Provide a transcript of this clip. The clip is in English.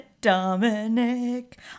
Dominic